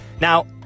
Now